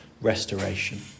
restoration